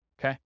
Okay